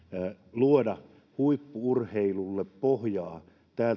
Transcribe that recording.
luoda huippu urheilulle pohjaa